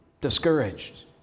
discouraged